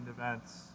events